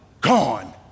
gone